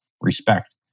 respect